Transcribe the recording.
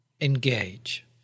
Engage